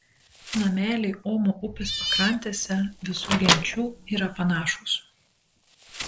nameliai omo upės pakrantėse visų genčių yra panašūs